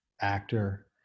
actor